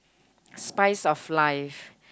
spice of life